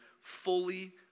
Fully